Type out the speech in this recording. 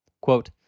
Quote